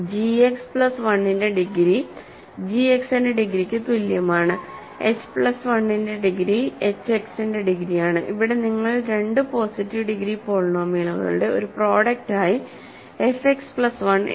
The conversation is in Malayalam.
g X പ്ലസ് 1 ന്റെ ഡിഗ്രി g X ന്റെ ഡിഗ്രിക്ക് തുല്യമാണ് h പ്ലസ് 1 ന്റെ ഡിഗ്രി h X ന്റെ ഡിഗ്രിയാണ് ഇവിടെ നിങ്ങൾ രണ്ട് പോസിറ്റീവ് ഡിഗ്രി പോളിനോമിയലുകളുടെ ഒരു പ്രോഡക്ട് ആയി f X പ്ലസ് 1 എഴുതി